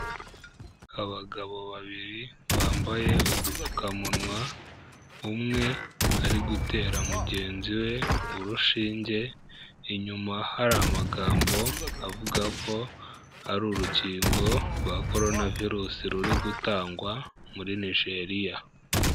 Abagabo babiri bambaye udupfukamunwa, umwe ari gutera mugenzi we urushinge, inyuma hari amagambo avuga ko ari urukingo rwa Corona virus ruri gutangwa muri Nigeria.